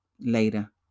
Later